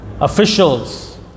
officials